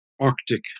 Arctic